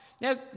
Now